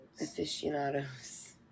Aficionados